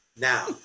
Now